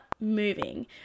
moving